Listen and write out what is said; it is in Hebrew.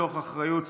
מתוך אחריות ציבורית,